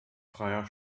freier